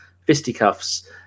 fisticuffs